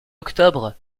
octobre